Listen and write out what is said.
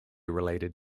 related